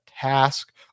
task